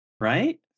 right